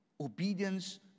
obedience